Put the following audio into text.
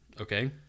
Okay